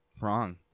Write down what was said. Wrong